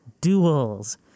duels